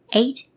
eight